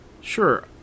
Sure